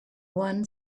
one